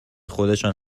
خودشان